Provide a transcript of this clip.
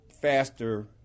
faster